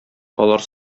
алар